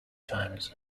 times